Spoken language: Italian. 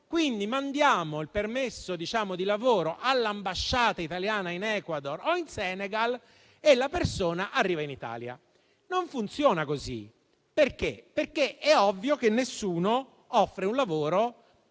quindi il permesso di lavoro all'ambasciata italiana in Ecuador o Senegal e la persona arriva in Italia. Non funziona così, perché è ovvio che nessuno offre un lavoro a chi non